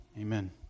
Amen